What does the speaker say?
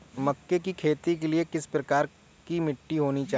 मक्के की खेती के लिए किस प्रकार की मिट्टी होनी चाहिए?